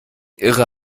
irre